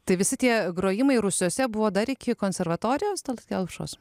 tai visi tie grojimai rūsiuose buvo dar iki konservatorijos talat kelpšos